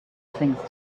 things